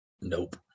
Nope